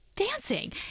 Dancing